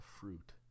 fruit